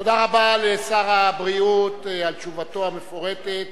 תודה רבה לשר הבריאות על תשובתו המפורטת.